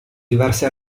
diverse